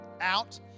out